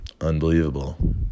unbelievable